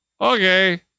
Okay